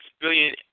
billion